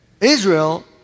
Israel